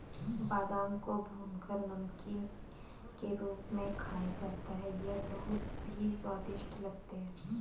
बादाम को भूनकर नमकीन के रूप में खाया जाता है ये बहुत ही स्वादिष्ट लगते हैं